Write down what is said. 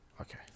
Okay